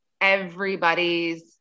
everybody's